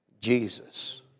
Jesus